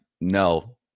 no